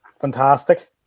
Fantastic